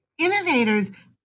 Innovators